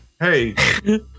Hey